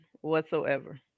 whatsoever